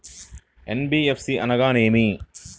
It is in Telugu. ఎన్.బీ.ఎఫ్.సి అనగా ఏమిటీ?